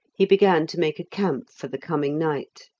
he began to make a camp for the coming night.